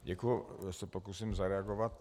Děkuji, já se pokusím zareagovat.